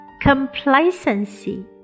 complacency